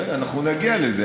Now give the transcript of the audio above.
רגע, אנחנו נגיע לזה.